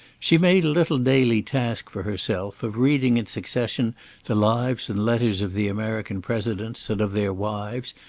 she made a little daily task for herself of reading in succession the lives and letters of the american presidents, and of their wives,